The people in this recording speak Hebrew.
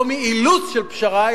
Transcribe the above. לא מאילוץ של פשרה,